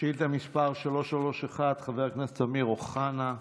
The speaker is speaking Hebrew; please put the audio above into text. שאילתה מס' 331, חבר הכנסת אמיר אוחנה,